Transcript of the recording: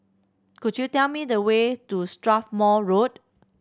could you tell me the way to Strathmore Road